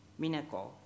Minako